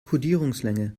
kodierungslänge